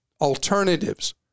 alternatives